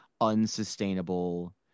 unsustainable